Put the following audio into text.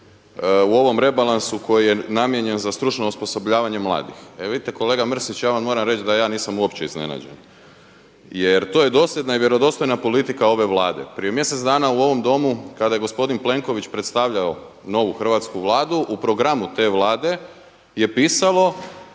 u ovom rebalansu koji je namijenjen za stručno osposobljavanje mladih. E vidite kolega Mrsić, ja vam moram reći da ja nisam uopće iznenađen jer to je dosljedna i vjerodostojna politika ove Vlade. Prije mjesec dana u ovom Domu kada je gospodin Plenković predstavljao novu hrvatsku Vladu u programu te Vlade je pisalo